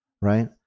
right